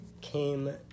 came